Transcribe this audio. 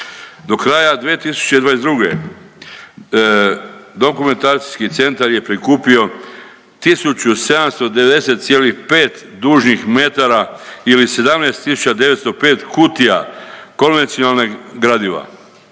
Do kraja 2022. dokumentacijski centar je prikupio 1790,5 dužnih metara ili 17 tisuća 905 kutija komercijalnog gradiva.